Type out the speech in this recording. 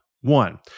One